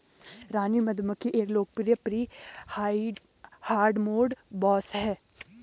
रानी मधुमक्खी एक लोकप्रिय प्री हार्डमोड बॉस है